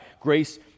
grace